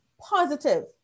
positive